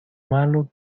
malo